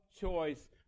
choice